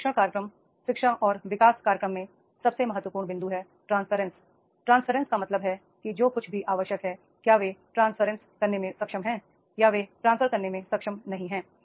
प्रशिक्षण कार्यक्रम शिक्षा और विकास कार्यक्रम में सबसे मह त्वपू र्ण बिं दु है ट्रांसफरेंसI ट्रांसफरेंस का मतलब है कि जो कुछ भी आवश्यक है क्या वे ट्रांसफरेंस करने में सक्षम हैं या वे ट्रांसफर करने में सक्षम नहीं हैं